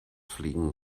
fliegen